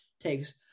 takes